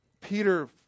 Peter